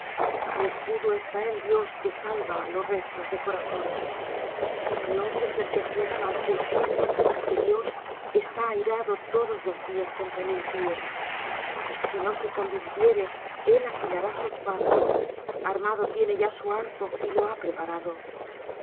mi escudo está en dios que salva á los rectos de corazón dios es el que juzga al justo y dios está airado todos los días contra el impío si no se convirtiere él afilará su espada armado tiene ya su arco y lo ha preparado